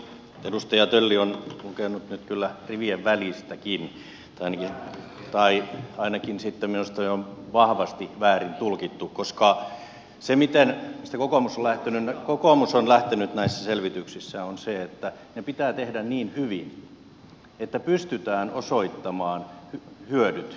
edustaja tölli on lukenut nyt kyllä rivien välistäkin tai ainakin sitten minusta on jo vahvasti väärin tulkittu koska se mistä kokoomus on lähtenyt näissä selvityksissä on se että ne pitää tehdä niin hyvin että pystytään osoittamaan hyödyt kuntaliitokselle